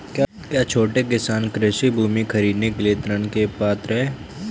क्या छोटे किसान कृषि भूमि खरीदने के लिए ऋण के पात्र हैं?